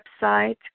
website